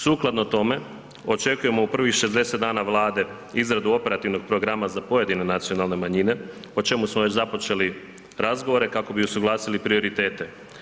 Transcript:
Sukladno tome, očekujemo u prvih 60 dana Vlade izradu operativnog programa za pojedine nacionalne manjine, o čemu smo već započeli razgovore, kako bi usuglasili prioritete.